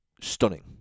Stunning